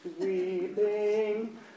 Weeping